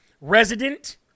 resident